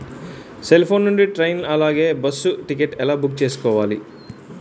Cell phone నుండి train అలాగే bus ticket ఎలా బుక్ చేసుకోవాలి?